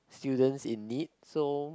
students in need so